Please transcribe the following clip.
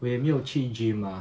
我也没有去 gym mah